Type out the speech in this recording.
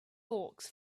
hawks